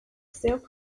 self